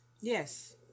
Yes